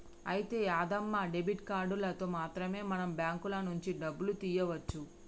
అయితే యాదమ్మ డెబిట్ కార్డులతో మాత్రమే మనం బ్యాంకుల నుంచి డబ్బులు తీయవచ్చు